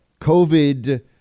COVID